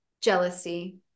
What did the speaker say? jealousy